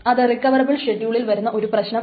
ഇതാണ് റിക്കവറബിൾ ഷെഡ്യൂളിൽ വരുന്ന ഒരു പ്രശ്നം